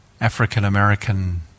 African-American